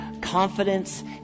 confidence